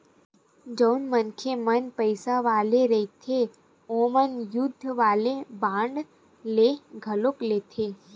जउन मनखे मन पइसा वाले रहिथे ओमन युद्ध वाले बांड ल घलो लेथे